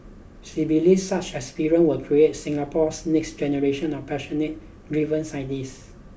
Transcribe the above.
she believes such experiences will create Singapore's next generation of passionate driven scientists